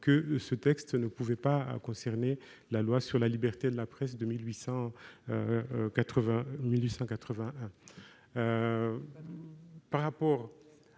que ce texte ne pouvait pas concerner la loi sur la liberté de la presse de 1881.